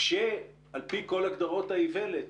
כשעל פי כל הגדרות האיוולת,